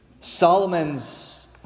Solomon's